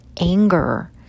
anger